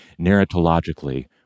narratologically